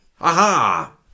Aha